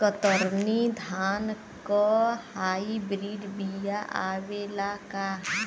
कतरनी धान क hybrid बिया आवेला का?